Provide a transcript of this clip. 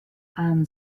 and